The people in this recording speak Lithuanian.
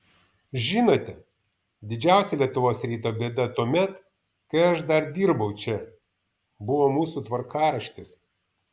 žinote didžiausia lietuvos ryto bėda tuomet kai aš dar dirbau čia buvo mūsų tvarkaraštis